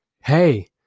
Hey